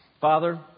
Father